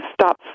Stop